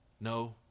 No